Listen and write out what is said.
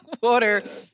water